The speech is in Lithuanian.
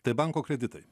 tai banko kreditai